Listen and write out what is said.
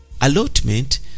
Allotment